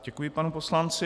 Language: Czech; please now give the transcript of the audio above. Děkuji panu poslanci.